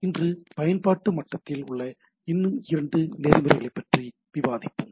இன்று பயன்பாட்டு மட்டத்தில் உள்ள இன்னும் இரண்டு நெறிமுறைகளைப் பற்றி விவாதிப்போம்